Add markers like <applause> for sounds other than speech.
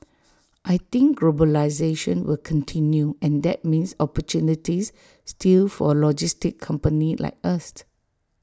I think globalisation will continue and that means opportunities still for logistics companies like us <noise>